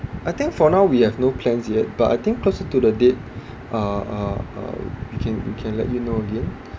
I think for now we have no plans yet but I think closer to the date uh uh uh we can we can let you know again